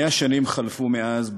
100 שנים חלפו מאז,